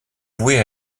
vouée